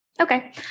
Okay